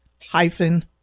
hyphen